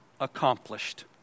accomplished